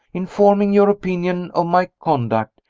in forming your opinion of my conduct,